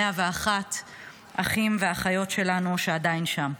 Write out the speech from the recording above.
101 אחים ואחיות שלנו שעדיין שם.